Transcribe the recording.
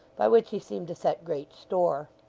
by which he seemed to set great store.